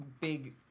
big